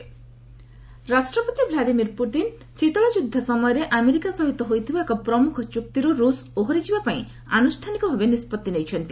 Russia arm treaty ରାଷ୍ଟ୍ରପତି Vladimir Putin ଶୀତଳ ଯୁଦ୍ଧ ସମୟରେ ଆମେରିକା ସହିତ ହୋଇଥିବା ଏକ ପ୍ରମୁଖ ଚୁକ୍ତିରୁ ରୁଷ୍ ଓହରିଯିବା ପାଇଁ ଆନୁଷ୍ଠାନିକ ଭାବେ ନିଷ୍କଭି ନେଇଛନ୍ତି